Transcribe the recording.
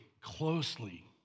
closely